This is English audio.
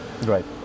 right